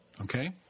okay